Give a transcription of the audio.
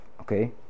okay